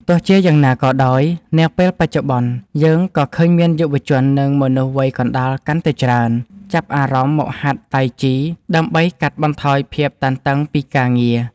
ទោះជាយ៉ាងណាក៏ដោយ នាពេលបច្ចុប្បន្នយើងក៏ឃើញមានយុវជន និងមនុស្សវ័យកណ្ដាលកាន់តែច្រើន ចាប់អារម្មណ៍មកហាត់តៃជីដើម្បីកាត់បន្ថយភាពតានតឹងពីការងារ។